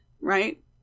right